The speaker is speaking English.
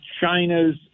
China's